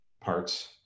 parts